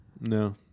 No